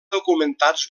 documentats